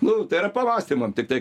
nu tai yra pamąstymam tiktai